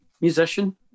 musician